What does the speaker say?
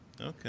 Okay